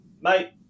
Mate